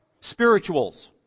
Spirituals